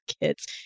kids